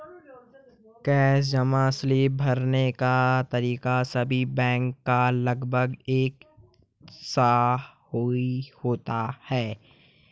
cash जमा slip भरने का तरीका सभी बैंक का लगभग एक सा ही होता है